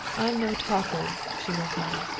i'm no talker, she went on,